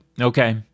okay